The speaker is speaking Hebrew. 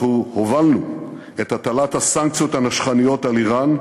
אנחנו הובלנו את הטלת הסנקציות הנשכניות על איראן,